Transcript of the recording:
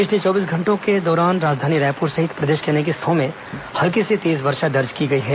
पिछले चौबीस घंटों के दौरान राजधानी रायपुर सहित प्रदेश के अनेक हिस्सों में हल्की से तेज वर्षा दर्ज की गई है